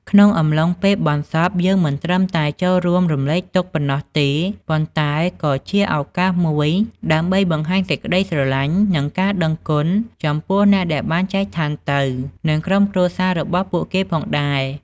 ក្នុងអំឡុងពេលបុណ្យសព យើងមិនត្រឹមតែចូលរួមរំលែកទុក្ខប៉ុណ្ណោះទេ ប៉ុន្តែក៏ជាឱកាសមួយដើម្បីបង្ហាញសេចក្តីស្រឡាញ់ និងការដឹងគុណចំពោះអ្នកដែលបានចែកឋានទៅ និងក្រុមគ្រួសាររបស់ពួកគេផងដែរ។